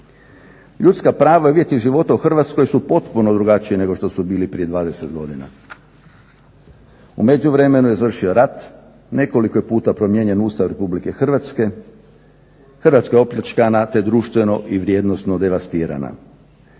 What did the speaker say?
Ljudska prava i uvjeti života u Hrvatskoj su potpuno drugačiji nego što su bili prije 20 godina. U međuvremenu je završio rat, nekoliko je puta promijenjen Ustav Republike Hrvatske, Hrvatska je opljačkana te društveno i vrijednosno devastirana.